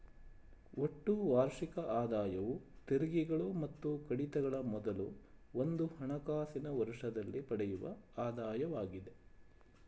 ಒಟ್ಟು ವಾರ್ಷಿಕ ಆದಾಯವು ತೆರಿಗೆಗಳು ಮತ್ತು ಕಡಿತಗಳ ಮೊದಲು ಒಂದು ಹಣಕಾಸಿನ ವರ್ಷದಲ್ಲಿ ಪಡೆಯುವ ಆದಾಯವಾಗಿದೆ